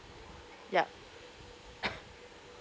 yup